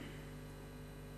ההצעה להעביר את